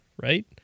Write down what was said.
right